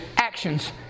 actions